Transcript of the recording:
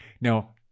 Now